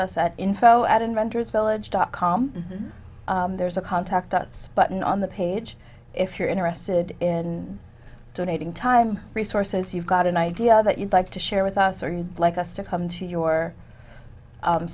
us at info at inventors village dot com there's a contact us button on the page if you're interested in donating time resources you've got an idea that you'd like to share with us or you'd like us to come to your